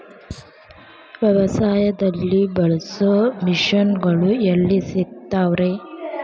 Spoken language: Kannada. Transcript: ವ್ಯವಸಾಯದಲ್ಲಿ ಬಳಸೋ ಮಿಷನ್ ಗಳು ಎಲ್ಲಿ ಸಿಗ್ತಾವ್ ರೇ?